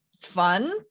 fun